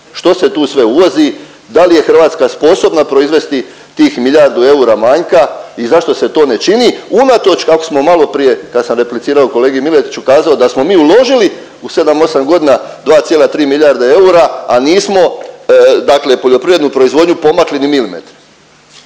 Što se tu sve uvozi? Da li je Hrvatska sposobna proizvesti tih milijardu eura manjka i zašto se to ne čini unatoč kako smo maloprije kad sam replicirao kolegi Miletiću kazao da smo mi uložili u 7-8 godina 2,3 milijarde eura, a nismo dakle poljoprivrednu proizvodnju pomakli ni milimetar.